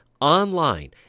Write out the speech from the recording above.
online